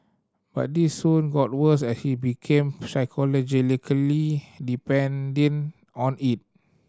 but this soon got worse as he became psychologically depending on it